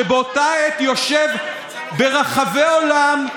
שבאותה העת יושב ברחבי העולם,